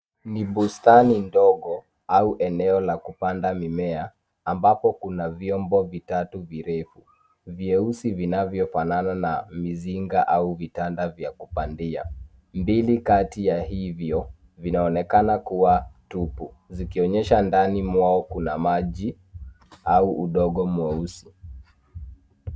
Ni bustani ndogo au eneo la kupanda mimea ambapo kuna vyombo vitatu virefu, vyeusi, vinavyo fanana na mizinga au vitanda vya kupandia. Viwili kati ya hivyo vinaonekana kuwa tupu, vikionyesha ndani kuna maji au udongo mweusi.